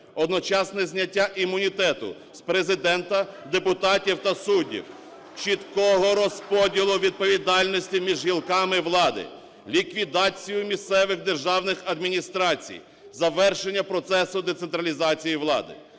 Одночасне зняття імунітету з Президента, депутатів та з суддів. Чіткого розподілу відповідальності між гілками влади. Ліквідацію місцевих державних адміністрацій, завершення процесу децентралізації влади.